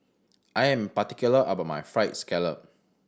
I am particular about my Fried Scallop